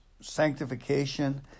sanctification